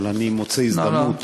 אבל אני מוצא הזדמנות,